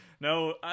No